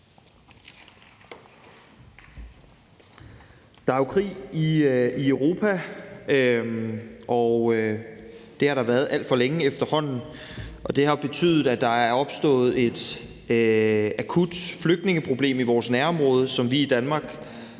Der er jo krig i Europa, og det har der været alt for længe efterhånden, og det har betydet, at der er opstået et akut flygtningeproblem i vores nærområde, som vi i Danmark er gået